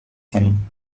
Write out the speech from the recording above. him